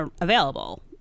available